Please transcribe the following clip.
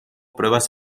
pruebas